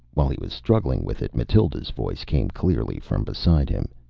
while he was struggling with it, mathild's voice came clearly from beside him